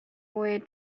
way